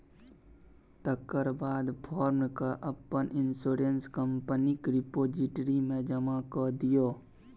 तकर बाद फार्म केँ अपन इंश्योरेंस कंपनीक रिपोजिटरी मे जमा कए दियौ